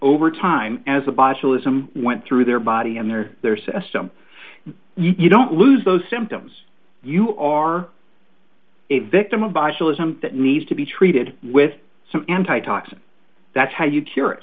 over time as the botulism went through their body and there their system you don't lose those symptoms you are a victim of botulism that needs to be treated with some anti toxin that's how you cure it